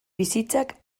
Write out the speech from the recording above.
bizitzak